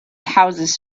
houses